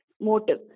motive